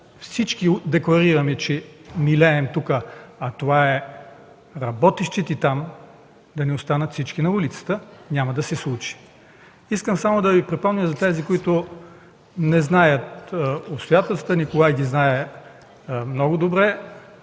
всички декларираме, че милеем тук, а това е работещите там да не останат всички на улицата, няма да се случи. Искам само да припомня на тези, които не знаят обстоятелствата – Николай Петков ги знае много добре.